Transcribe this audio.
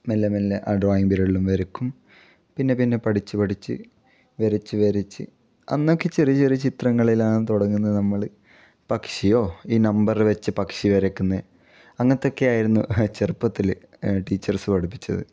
മെല്ലെ മെല്ലെ ആ ഡ്രോയിങ് പിരീഡിലും വരക്കും പിന്നെ പിന്നെ പഠിച്ച്പഠിച്ച് വരച്ച് വരച്ച് അന്നൊക്കെ ചെറിയ ചെറിയ ചിത്രങ്ങളിലാണ് തുടങ്ങുന്നത് നമ്മൾ പക്ഷിയോ ഈ നമ്പർ വെച്ച് പക്ഷിയെ വരയ്ക്കുന്നത് അങ്ങനത്തെയൊക്കെ ആയിരുന്നു ചെറുപ്പത്തിൽ ടീച്ചേർസ് പഠിപ്പിച്ചത്